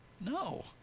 no